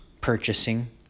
purchasing